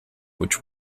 which